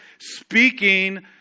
speaking